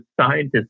scientists